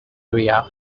area